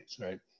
right